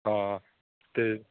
ਹਾਂ ਅਤੇ